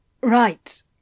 Right